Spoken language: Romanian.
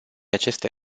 aceste